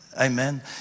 Amen